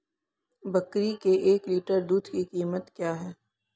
बकरी के एक लीटर दूध की कीमत क्या है?